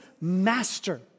master